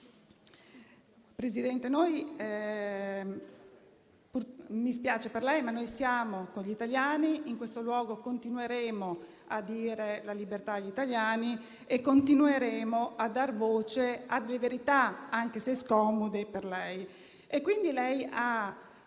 per lei ma noi siamo con gli italiani; in questo luogo continueremo a dire la verità agli italiani e continueremo a dar voce a due verità, anche se scomode per lei.